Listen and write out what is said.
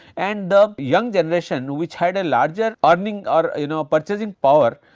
and the young generation which had a larger earning or ah you know purchasing power,